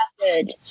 good